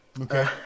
Okay